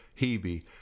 Hebe